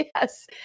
yes